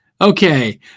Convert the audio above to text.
okay